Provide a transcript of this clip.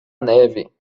neve